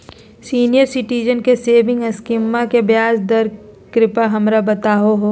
senior citizen के saving स्कीमवा के ब्याज दर कृपया हमरा बताहो